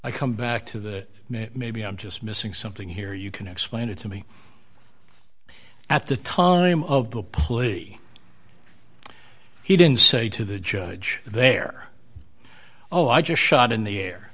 i come back to that maybe i'm just missing something here you can explain it to me at the time of the play he didn't say to the judge there oh i just shot in the air